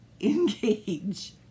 engage